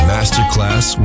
Masterclass